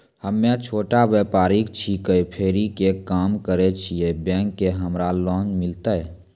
हम्मे छोटा व्यपारी छिकौं, फेरी के काम करे छियै, बैंक से हमरा लोन मिलतै?